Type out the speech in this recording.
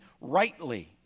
rightly